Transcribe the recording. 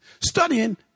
Studying